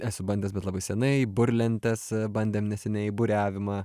esu bandęs bet labai senai burlentes bandėm neseniai buriavimą